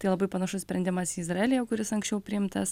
tai labai panašus sprendimas izraelyje kuris anksčiau priimtas